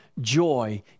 joy